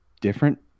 Different